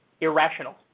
irrational